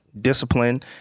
discipline